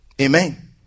Amen